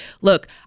look